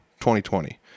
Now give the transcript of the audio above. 2020